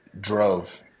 drove